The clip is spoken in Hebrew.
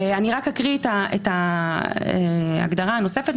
אני רק אקרא את ההגדרה הנוספת.